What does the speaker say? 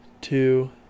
two